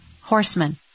horsemen